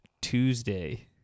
Tuesday